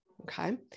okay